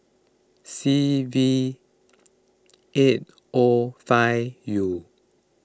C V eight O five U